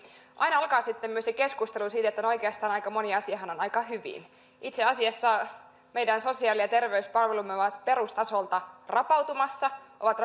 alkaa sitten myös se keskustelu siitä että oikeastaan aika moni asiahan on aika hyvin itse asiassa meidän sosiaali ja terveyspalvelumme ovat perustasoltaan rapautumassa ovat